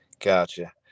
Gotcha